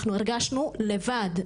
אנחנו הרגשנו לבד,